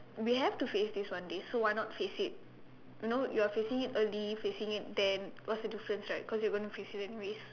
we have to face this one day so why not face it you know you're facing it early facing it then what's the difference right cause you're going to face it anyways